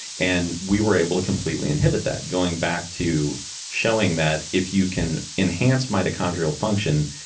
and we were able to completely inhibit that, going back to showing that if you can enhance mitochondrial function,